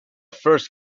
first